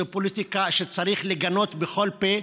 זו פוליטיקה שצריך לגנות בכל פה,